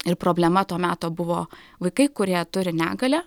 ir problema to meto buvo vaikai kurie turi negalią